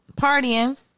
partying